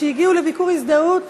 שהגיעו לביקור הזדהות